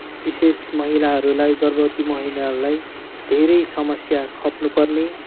विशेष महिलाहरूलाई गर्भवती महिलाहरूलाई धेरै समस्या खप्नुपर्ने